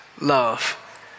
love